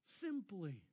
simply